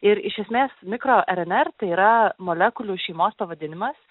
ir iš esmės mikro rnr tai yra molekulių šeimos pavadinimas